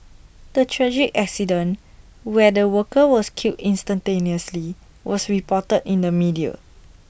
the tragic accident where the worker was killed instantaneously was reported in the media